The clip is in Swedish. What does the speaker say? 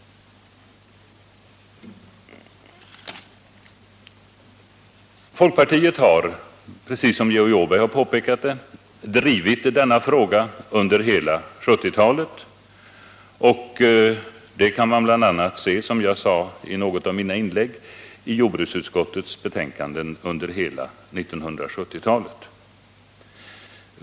Folkpartiet har, precis som Georg Åberg påpekat, drivit denna fråga under hela 1970-talet. Det kan man bl.a. se i jordbruksutskottets betänkanden under hela 1970-talet.